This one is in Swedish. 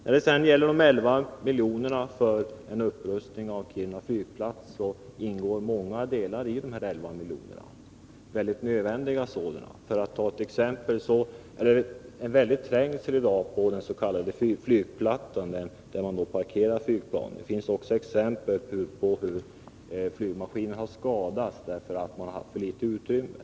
När det sedan gäller de 11 miljonerna för upprustning av Kiruna flygplats vill jag påpeka att många delar ingår i detta belopp —- många nödvändiga åtgärder. För att ta ett exempel kan jag nämna att det är mycket stor trängsel i dag på flygplattan, där man parkerar flygplanen. Det finns också exempel på hur flygmaskiner har skadats därför att det har funnits för litet utrymme.